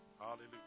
Hallelujah